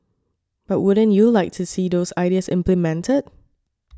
but wouldn't you like to see those ideas implemented